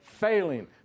failing